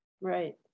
Right